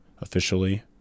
officially